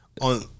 on